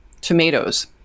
tomatoes